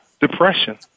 depression